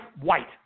White